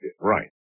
right